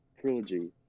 trilogy